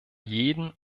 jeden